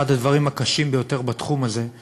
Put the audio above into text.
אחד הדברים הקשים ביותר בתחום הזה הוא